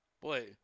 Boy